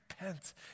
repent